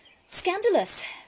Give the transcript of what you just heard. Scandalous